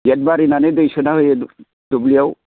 gate मारिनानै दै सोना होयो दुब्लियाव